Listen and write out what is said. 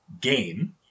game